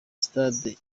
sitade